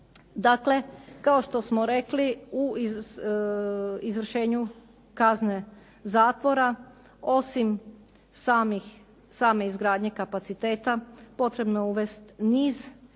Dakle kao što smo rekli, u izvršenju kazne zatvora osim same izgradnje kapaciteta potrebno je uvesti niz